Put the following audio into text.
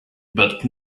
but